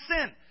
sin